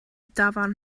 dafarn